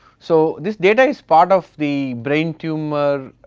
so, this data is part of the brain tumour uhh